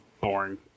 boring